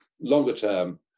longer-term